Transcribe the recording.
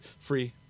free